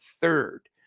third